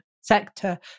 sector